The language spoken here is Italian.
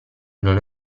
non